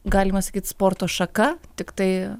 galima sakyt sporto šaka tiktai